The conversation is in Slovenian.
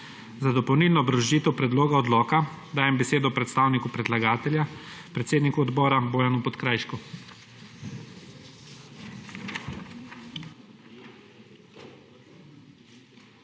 Za dopolnilno obrazložitev predloga odloka dajem besedo predstavniku predlagatelja, predsedniku odbora Bojanu Podkrajšku.